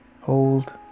hold